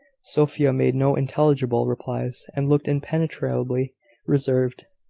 sophia made no intelligible replies, and looked impenetrably reserved